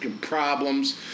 problems